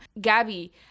Gabby